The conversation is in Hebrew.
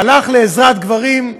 הלך לעזרת הגברים,